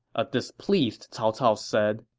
a displeased cao cao said